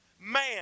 man